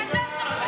מה זה השפה הזו?